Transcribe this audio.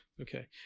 Okay